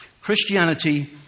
Christianity